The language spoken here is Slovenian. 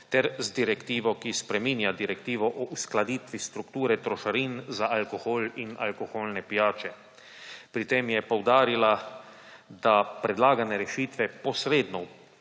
ter z direktivo, ki spreminja direktivo o uskladitvi strukture trošarin za alkohol in alkoholne pijače. Pri tem je poudarila, da predlagane rešitve posredno